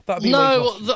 No